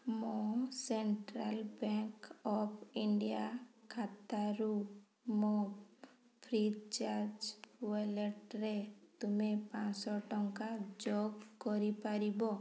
ମୋ central bank of India ଖାତାରୁ ମୋ ଫ୍ରିଚାର୍ଜ୍ ୱାଲେଟ୍ରେ ତୁମେ ପାଞ୍ଚଶହ ଟଙ୍କା ଯୋଗ କରିପାରିବ